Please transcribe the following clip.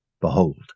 Behold